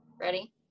Ready